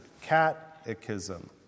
Catechism